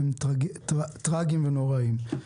טרגיים ונוראיים.